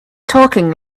talking